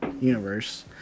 universe